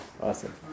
Awesome